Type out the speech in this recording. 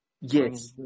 Yes